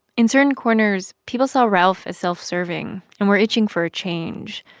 in certain corners, people saw ralph as self-serving and were itching for a change.